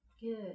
Good